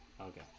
Okay